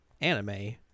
anime